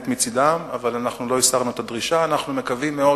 ומסתכנים בכך שהן יוחרמו אם יימצאו.